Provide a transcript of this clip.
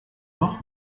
noch